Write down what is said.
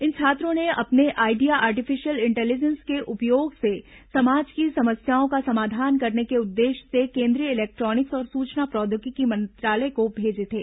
इन छात्रों ने अपने आइडिया आर्टिफिशियल इंटेलिजेंस के उपयोग से समाज की समस्याओं का समाधान करने के उद्देश्य से केन्द्रीय इलेक्ट्रानिक्स और सूचना प्रौद्योगिकी मंत्रालय को भेजे थे